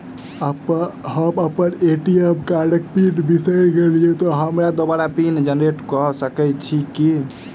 हम अप्पन ए.टी.एम कार्डक पिन बिसैर गेलियै तऽ हमरा दोबारा पिन जेनरेट कऽ सकैत छी की?